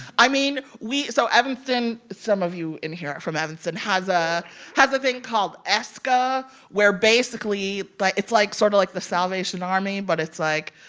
i mean, we so evanston some of you in here are from evanston has ah has a thing called escca where basically, but it's, like, sort of like the salvation army, but it's, like,